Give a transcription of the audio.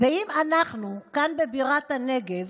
ואם אנחנו כאן בבירת הנגב,